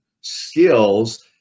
skills